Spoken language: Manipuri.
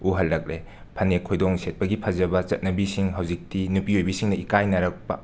ꯎꯍꯜꯂꯛꯂꯦ ꯐꯅꯦꯛ ꯈꯣꯏꯗꯣꯡ ꯁꯦꯠꯄꯒꯤ ꯐꯖꯕ ꯆꯠꯅꯕꯤꯁꯤꯡ ꯍꯧꯖꯤꯛꯇꯤ ꯅꯨꯄꯤ ꯑꯣꯏꯕꯤꯁꯤꯡꯅ ꯏꯀꯥꯏꯅꯔꯛꯄ